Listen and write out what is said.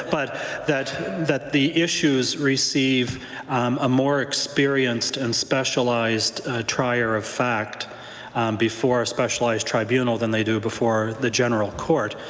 but that that the issues receive a more experienced and specialized trier of fact before a specialized tribunal than they do before the general court.